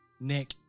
Nick